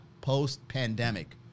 post-pandemic